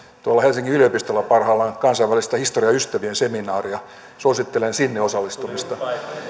tuolla helsingin yliopistolla parhaillaan kansainvälistä historian ystävien seminaaria suosittelen sinne osallistumista